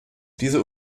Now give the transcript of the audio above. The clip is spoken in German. diese